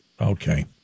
Okay